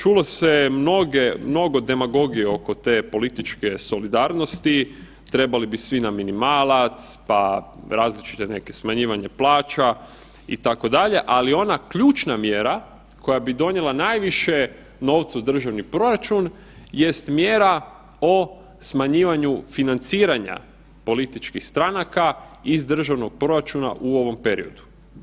Čulo se mnoge, mnogo demagogije oko te političke solidarnosti, trebali bi svi na minimalac, pa različite neke, smanjivanje plaća itd., ali ona ključna mjera koja bi donijela najviše novca u državni proračun jest mjera o smanjivanju financiranja političkih stranaka iz državnog proračuna u ovom periodu.